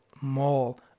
mall